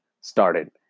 started